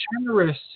generous